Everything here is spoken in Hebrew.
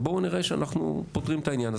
אבל בואו נראה שאנחנו פותרים את העניין.